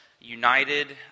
united